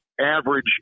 average